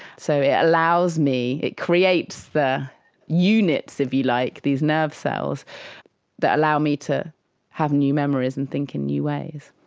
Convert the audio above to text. so it allows me, it creates the units, if you like, these nerve cells that allow me to have new memories and think in new ways.